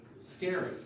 scary